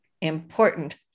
important